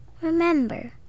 Remember